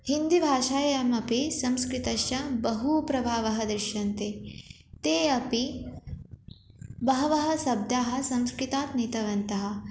हिन्दिभाषायामपि संस्कृतस्य बहु प्रभावः दृश्यन्ते ते अपि बहवः शब्दाः संस्कृतात् नीतवन्तः